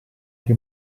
che